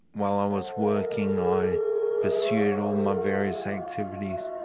while i was working i pursued all my various activities.